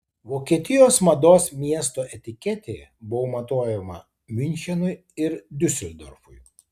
vokietijos mados miesto etiketė buvo matuojama miunchenui ir diuseldorfui